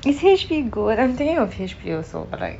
is H_P good I'm thinking of H_P also but like